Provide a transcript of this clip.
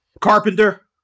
Carpenter